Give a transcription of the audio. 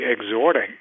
exhorting